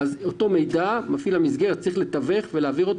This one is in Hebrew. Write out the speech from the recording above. את אותו מידע מפעיל המסגרת צריך לתווך ולהעביר אותו